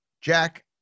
Jack